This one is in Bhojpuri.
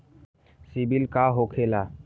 सीबील का होखेला?